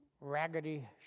raggedy